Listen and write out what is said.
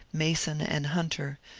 mason and hunter,